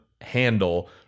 handle